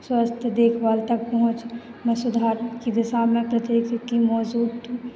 स्वस्थ देखभाल तक पहुँच में सुधार की दिशा में की मौजूद